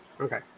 okay